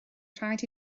rhaid